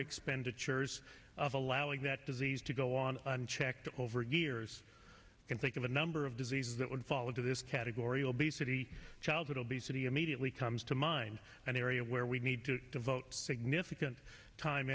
expenditures of allowing that disease to go on unchecked over years and think of a number of diseases that would fall into this category obesity childhood obesity immediately comes to mind an area where we need to devote significant time